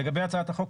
לגבי הצעת החוק,